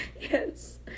Yes